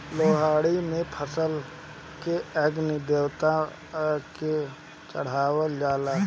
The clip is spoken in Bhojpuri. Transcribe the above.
लोहड़ी में फसल के अग्नि देवता के चढ़ावल जाला